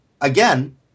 again